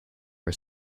for